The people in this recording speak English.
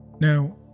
Now